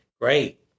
great